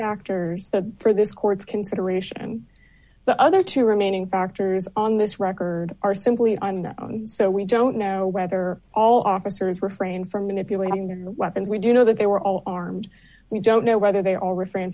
factors that for this court's consideration and the other two remaining factors on this record are simply i don't know so we don't know whether all officers refrain from manipulating their weapons we do know that they were all armed we don't know whether they all refrain